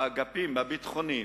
באגפים הביטחוניים,